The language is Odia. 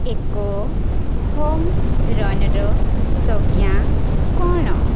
ଏକ ହୋମ୍ ରନ୍ର ସଂଜ୍ଞା କ'ଣ